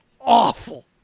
awful